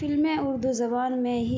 فلمیں اردو زبان میں ہی